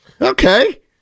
Okay